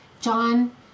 John